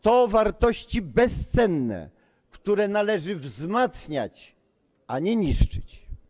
To wartości bezcenne, które należy wzmacniać, a nie niszczyć.